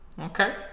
Okay